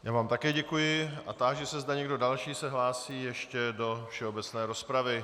Já vám také děkuji a táži se, zda se někdo další hlásí ještě do všeobecné rozpravy.